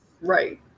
Right